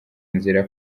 inzira